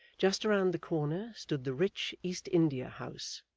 just round the corner stood the rich east india house,